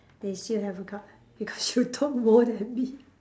they still haven't cut because you talk more than me